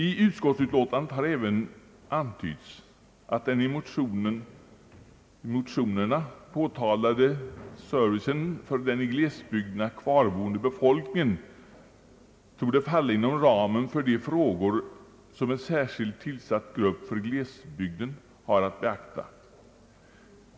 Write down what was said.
I utskottsutlåtandet har också antytts att den i motionerna påtalade servicen för den i glesbygderna kvarboende befolkningen torde falla inom ramen för de frågor som en särskilt tillsatt grupp för glesbygden har att beakta.